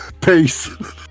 peace